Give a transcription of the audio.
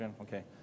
Okay